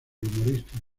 humorista